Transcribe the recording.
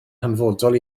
hanfodol